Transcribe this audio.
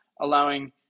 allowing